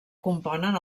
componen